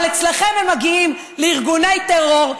אבל אצלכם הם מגיעים לארגוני טרור,